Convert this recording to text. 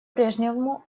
прежнему